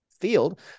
field